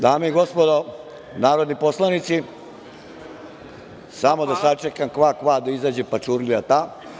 Dame i gospodo narodni poslanici, samo da sačekam „kva-kva“, da izađe pačurlija ta.